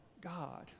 God